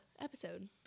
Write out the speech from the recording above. episode